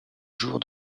jours